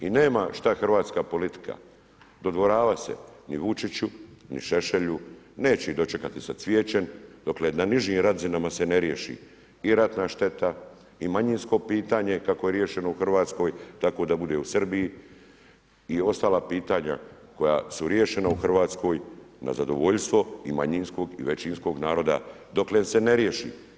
I nema šta hrvatska politika dodvoravat se ni Vučiću ni Šešelju, neće ih dočekati sa cvijećem dokle na nižim razinama se ne riješi i ratna šteta i manjinsko pitanje kako je riješeno u Hrvatskoj tamo da bude u Srbiji i ostala pitanja koja su riješena u Hrvatskoj na zadovoljstvo i manjinskog i većinskog naroda doklen se ne riješi.